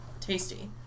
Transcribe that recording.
Tasty